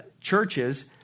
churches